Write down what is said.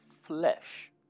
flesh